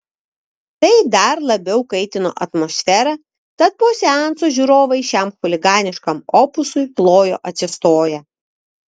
tai dar labiau kaitino atmosferą tad po seanso žiūrovai šiam chuliganiškam opusui plojo atsistoję